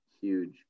huge